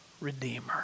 redeemer